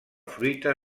fruita